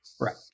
Right